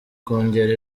kongera